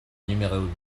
numéro